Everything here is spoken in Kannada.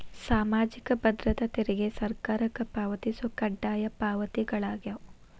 ಸಾಮಾಜಿಕ ಭದ್ರತಾ ತೆರಿಗೆ ಸರ್ಕಾರಕ್ಕ ಪಾವತಿಸೊ ಕಡ್ಡಾಯ ಪಾವತಿಗಳಾಗ್ಯಾವ